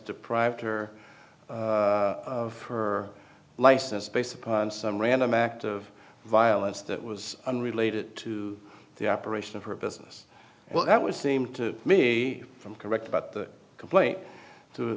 deprived her of her license based upon some random act of violence that was unrelated to the operation of her business well that would seem to me from correct about the complaint to